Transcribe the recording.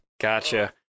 gotcha